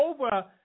over